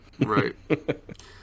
Right